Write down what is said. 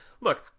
look